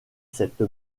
cette